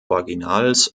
originals